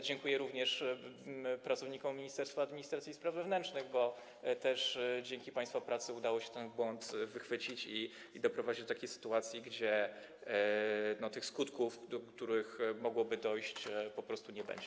Dziękuję również pracownikom Ministerstwa Administracji i Spraw Wewnętrznych, bo też dzięki państwa pracy udało się ten błąd wychwycić i doprowadzić do sytuacji, że skutków, do których mogłoby dojść, po prostu nie będzie.